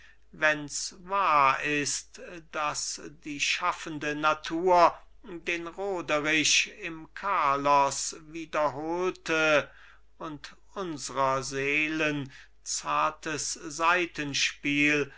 wenns wahr ist daß die schaffende natur den roderich im carlos wiederholte und unsrer seelen zartes saitenspiel